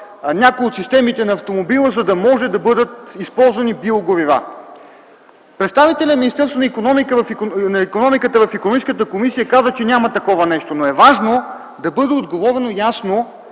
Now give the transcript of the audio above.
някои от системите на автомобила, за да може да бъдат използвани биогорива. Представителят на Министерството на икономиката в Комисията по икономическата политика каза, че няма такова нещо, но е важно да бъде отговорено ясно